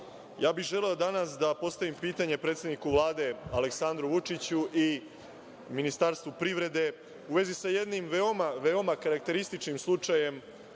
Ja bih želeo danas da postavim pitanje predsedniku Vlade Aleksandru Vučiću i Ministarstvu privrede, u vezi sa jednim veoma karakterističnim slučajem